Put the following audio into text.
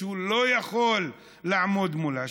שהוא לא יכול לעמוד מולה,